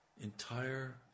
entire